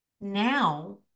now